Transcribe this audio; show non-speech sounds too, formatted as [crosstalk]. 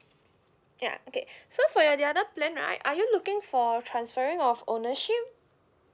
ya okay [breath] so for your the other plan right are you looking for transferring of ownership